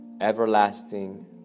everlasting